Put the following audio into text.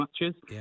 matches